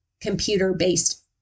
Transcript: computer-based